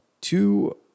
two